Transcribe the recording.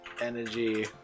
Energy